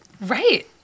Right